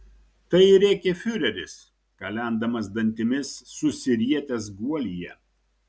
tai rėkė fiureris kalendamas dantimis susirietęs guolyje